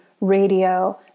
radio